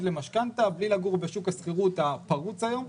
למשכנתא בלי לגור בשוק השכירות הפרוץ היום,